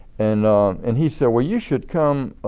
and and he said well you should come